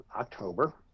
October